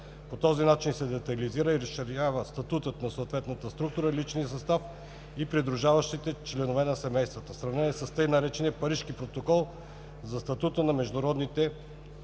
По този начин се детайлизира и разширява статусът на съответната структура, личния състав и придружаващите членове на семействата в сравнение с така наречения „Парижки протокол“ за статута на международните